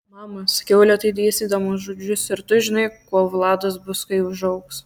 mama sakiau lėtai dėstydama žodžius ar tu žinai kuo vladas bus kai užaugs